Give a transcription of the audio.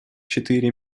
четыре